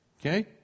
Okay